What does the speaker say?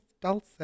Dulce